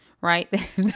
right